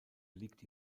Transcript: liegt